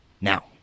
now